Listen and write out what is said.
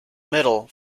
middle